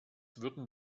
würden